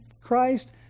Christ